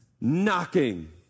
knocking